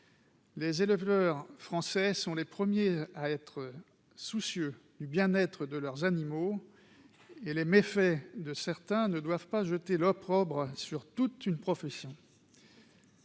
Les éleveurs français sont les premiers à être soucieux du bien-être de leurs animaux, et les méfaits de certains ne doivent pas jeter l'opprobre sur toute une profession.